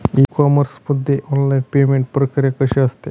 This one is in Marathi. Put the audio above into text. ई कॉमर्स मध्ये ऑनलाईन पेमेंट प्रक्रिया कशी असते?